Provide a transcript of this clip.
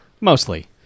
Mostly